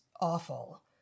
awful